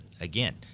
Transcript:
again